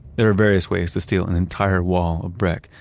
there are various ways to steal an entire wall of brick.